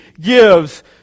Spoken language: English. gives